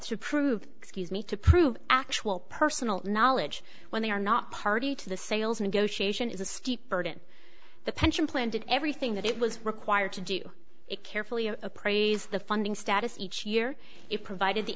to prove excuse me to prove actual personal knowledge when they are not party to the sales and gauche asian is a steep burden the pension plan did everything that it was required to do it carefully appraise the funding status each year it provided the